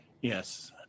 Yes